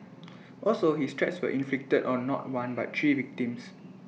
also his threats were inflicted on not one but three victims